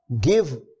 give